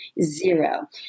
zero